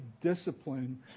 discipline